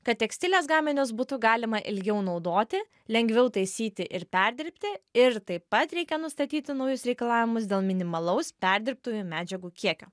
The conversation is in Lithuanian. kad tekstilės gaminius būtų galima ilgiau naudoti lengviau taisyti ir perdirbti ir taip pat reikia nustatyti naujus reikalavimus dėl minimalaus perdirbtųjų medžiagų kiekio